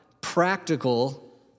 practical